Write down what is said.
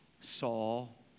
Saul